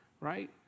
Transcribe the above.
right